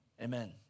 Amen